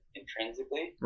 intrinsically